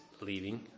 leaving